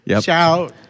Shout